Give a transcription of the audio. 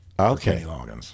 Okay